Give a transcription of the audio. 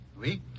Oui